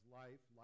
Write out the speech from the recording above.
life